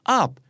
up